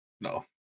No